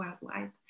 worldwide